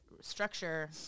structure